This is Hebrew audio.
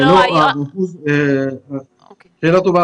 שאלה טובה.